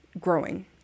growing